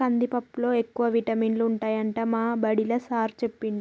కందిపప్పులో ఎక్కువ విటమినులు ఉంటాయట మా బడిలా సారూ చెప్పిండు